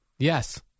Yes